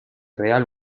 real